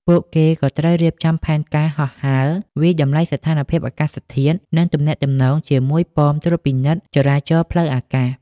ពួកគេក៏ត្រូវរៀបចំផែនការហោះហើរ វាយតម្លៃស្ថានភាពអាកាសធាតុ និងទំនាក់ទំនងជាមួយប៉មត្រួតពិនិត្យចរាចរណ៍ផ្លូវអាកាស។